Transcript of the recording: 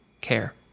care